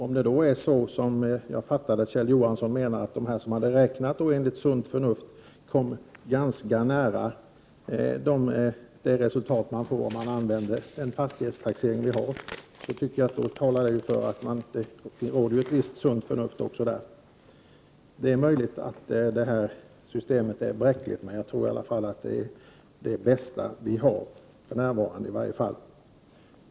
Om det då är så, som jag uppfattade Kjell Johansson, att de som räknat sunt kom ganska nära det resultat som vår nuvarande fastighetstaxering ger, talar allt för att det råder ett visst sunt förnuft. Det är möjligt att systemet är bräckligt, men jag tror att det är det bästa som vi för närvarande har.